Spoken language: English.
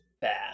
bad